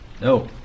No